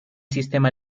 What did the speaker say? sistema